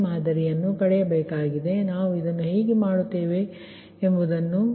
ಆದ್ದರಿಂದ ನಮಗೆ ಸಿಕ್ಕಿದ ಈ ಸಮೀಕರಣದಿಂದ ಏನು ಮಾಡಬಹುದುಎಂಬುದನ್ನು ನೋಡಬೇಕು